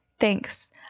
Thanks